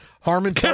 Harmon